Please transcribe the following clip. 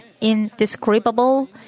indescribable